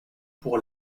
pour